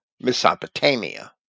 Mesopotamia